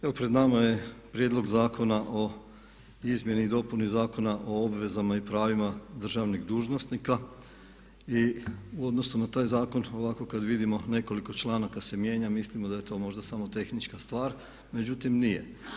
Evo pred nama je Prijedlog zakona o izmjeni i dopuni Zakona o obvezama i pravima državnih dužnosnika i u odnosu na taj zakon ovaka kad vidimo nekoliko članaka se mijenja a mislimo da je možda to samo tehnička stvar, međutim nije.